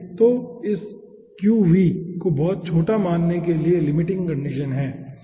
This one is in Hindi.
तो और इस 𝜌v को बहुत छोटा मानने के लिए लिमिटिंग कंडीशन है